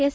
S